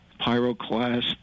Pyroclast